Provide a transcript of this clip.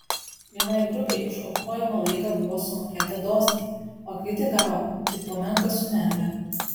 vienai grupei už aukojamą laiką buvo sumokėta dosniai o kiti gavo tik po menką sumelę